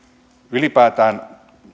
ylipäätään